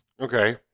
Okay